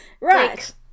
Right